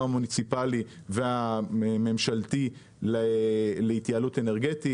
המוניציפלי והממשלתי להתייעלות אנרגטית.